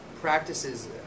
practices